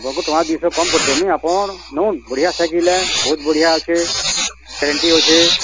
ଟଙ୍କା ଦୁଇଶହ କମ୍ କରଦେବି ଆପଣ ନେଉନ୍ ବଢ଼ିଆ ସାଇକେଲ୍ ହେ ବହୁତ୍ ବଢ଼ିଆ ଅଛେ ଗ୍ୟାରେଣ୍ଟି ଅଛେ